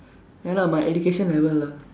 ya lah by education level lah